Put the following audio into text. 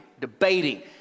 debating